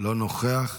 לא נוכח.